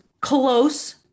close